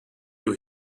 you